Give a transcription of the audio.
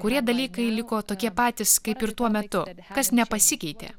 kurie dalykai liko tokie patys kaip ir tuo metu kas nepasikeitė